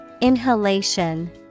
Inhalation